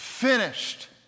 Finished